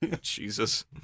Jesus